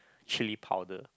chilli powder